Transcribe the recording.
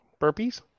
Burpees